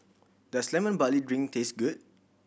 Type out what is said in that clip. does Lemon Barley Drink taste good